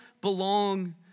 belong